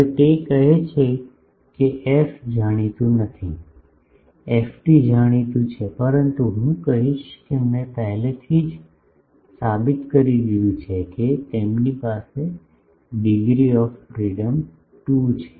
હવે તે કહે છે કે એફ જાણીતું નથી ft જાણીતું છે પરંતુ હું કહીશ કે મેં પહેલેથી જ સાબિત કરી દીધું છે કે તેમની પાસે ડિગ્રી ઓફ ફ્રીડમ 2 છે